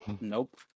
Nope